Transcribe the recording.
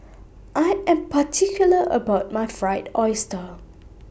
I Am particular about My Fried Oyster